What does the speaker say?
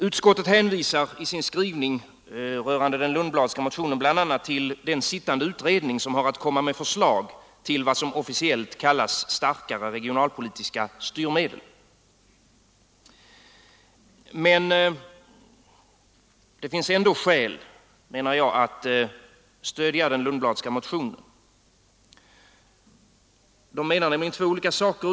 Utskottet hänvisar i sin skrivning rörande den Lundbladska motionen till den sittande utredning som har att komma med förslag till vad som officiellt kallas starka regionalpolitiska styrmedel. Men det finns ändå skäl, anser jag, att stödja den Lundbladska motionen. Utskottet och fru Lundblad menar tydligen två olika saker.